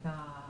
השיעורים האלה.